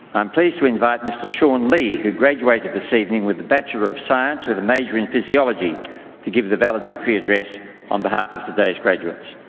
i'm pleased to invite mr. shawn lee, who graduated this evening with the bachelor of science with a major in physiology to give the valedictory address on behalf of today's graduates.